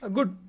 Good